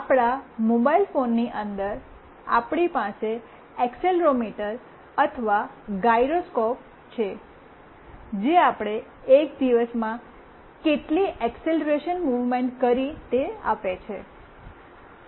આપણા મોબાઇલ ફોનની અંદર આપણી પાસે એક્સીલેરોમીટર અથવા ગાયરોસ્કોપ છે જે આપણે એક દિવસમાં કેટલી એકસેલરેશન મૂવમેન્ટ કરી તે આપે છે